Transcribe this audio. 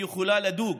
היא יכולה לדוג